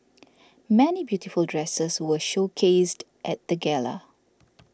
many beautiful dresses were showcased at the gala